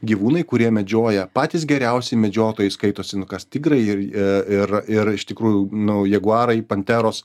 gyvūnai kurie medžioja patys geriausi medžiotojai skaitosi nu kas tigrai ir e ir ir iš tikrųjų nu jaguarai panteros